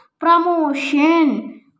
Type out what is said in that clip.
Promotion